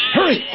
Hurry